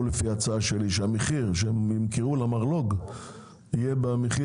לפי ההצעה שלי שהיא שהמחיר שבו ימכרו למרלו"ג יהיה המחיר